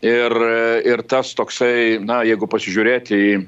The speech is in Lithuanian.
ir ir tas toksai na jeigu pasižiūrėti